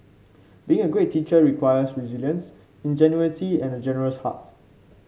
being a great teacher requires resilience ingenuity and a generous heart